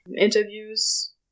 interviews